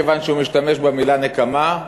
מכיוון שהוא משתמש במילה נקמה,